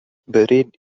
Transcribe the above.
buried